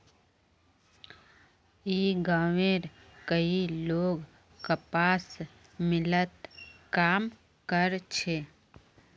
ई गांवउर कई लोग कपास मिलत काम कर छे